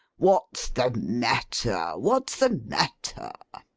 what's the matter! what's the matter